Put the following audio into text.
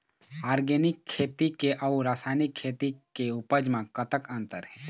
Organic खेती के अउ रासायनिक खेती के उपज म कतक अंतर हे?